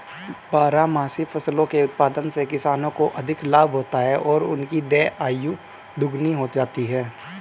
बारहमासी फसलों के उत्पादन से किसानों को अधिक लाभ होता है और उनकी आय दोगुनी हो जाती है